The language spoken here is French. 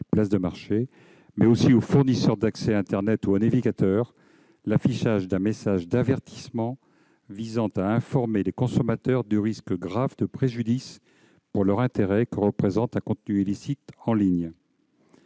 places de marché, mais aussi aux fournisseurs d'accès à internet ou à un navigateur l'affichage d'un message d'avertissement visant à informer les consommateurs du risque grave de préjudice pour leur intérêt que représente un contenu illicite en ligne.